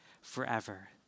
forever